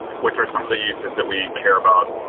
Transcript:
which are some of the uses that we care about.